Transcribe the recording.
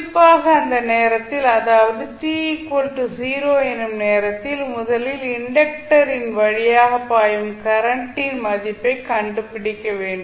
குறிப்பாக அந்த நேரத்தில் அதாவது t 0 எனும் நேரத்தில் முதலில் இண்டக்டரின் வழியாக பாயும் கரண்டின் மதிப்பை கண்டுபிடிக்க வேண்டும்